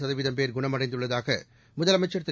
சதவீதம் பேர் குணமடைந்துள்ளதாக முதலமைச்சர் திரு